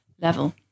level